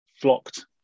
flocked